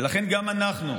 לכן גם אנחנו,